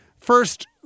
first